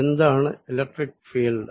എന്താണ് electric field